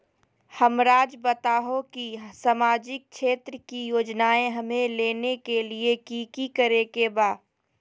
हमराज़ बताओ कि सामाजिक क्षेत्र की योजनाएं हमें लेने के लिए कि कि करे के बा?